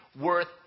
worth